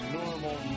normal